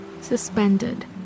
suspended